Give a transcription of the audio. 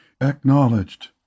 Acknowledged